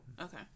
okay